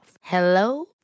Hello